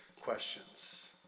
questions